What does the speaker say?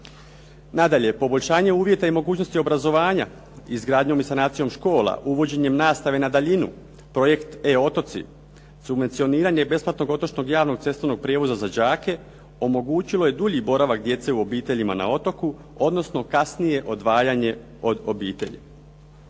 Nadalje, poboljšanje uvjeta i mogućnosti obrazovanja, izgradnjom i sanacijom škola, uvođenjem nastave na daljinu, projekt E-otoci, subvencioniranje besplatnog otočnog, javnog cestovnog prijevoza za đake omogućilo je dulji boravak djece u obiteljima na otoku, odnosno kasnije odvajanje od obitelji.